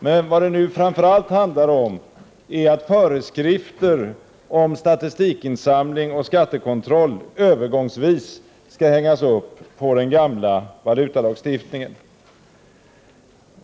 Men vad det nu framför allt handlar om är att föreskrifter om statistikinsamling och skattekontroll övergångsvis skall hängas upp på den gamla valutalagstiftningen.